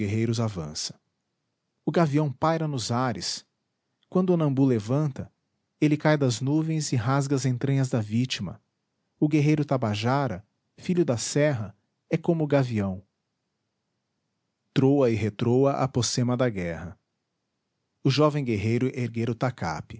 guerreiros avança o gavião paira nos ares quando a nambu levanta ele cai das nuvens e rasga as entranhas da vítima o guerreiro tabajara filho da serra é como o gavião troa e retroa a pocema da guerra o jovem guerreiro erguera